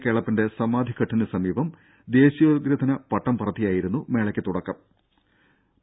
കേളപ്പന്റെ സമാധിഘട്ടിന് സമീപം ദേശീയോദ്ഗ്രഥന പട്ടം പറത്തിയായിരുന്നു മേളക്ക് തുടക്കം കുറിച്ചത്